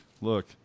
look